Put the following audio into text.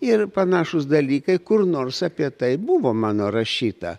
ir panašūs dalykai kur nors apie tai buvo mano rašyta